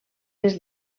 les